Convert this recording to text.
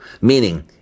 Meaning